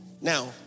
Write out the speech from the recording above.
now